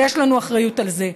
ויש לנו אחריות לזה.